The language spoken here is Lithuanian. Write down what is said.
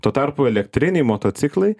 tuo tarpu elektriniai motociklai